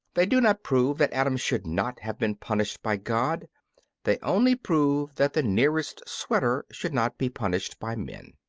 they do not prove that adam should not have been punished by god they only prove that the nearest sweater should not be punished by men.